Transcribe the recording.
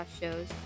shows